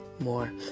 more